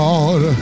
Lord